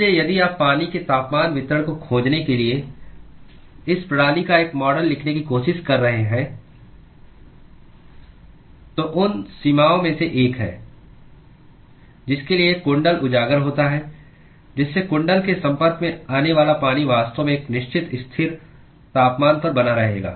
इसलिए यदि आप पानी के तापमान वितरण को खोजने के लिए इस प्रणाली का एक मॉडल लिखने की कोशिश कर रहे हैं तो उन सीमाओं में से एक जिसके लिए कुंडल उजागर होता है जिससे कुंडल के संपर्क में आने वाला पानी वास्तव में एक निश्चित स्थिर तापमान पर बना रहेगा